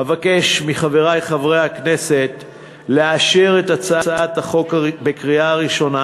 אבקש מחברי חברי הכנסת לאשר את הצעת החוק בקריאה ראשונה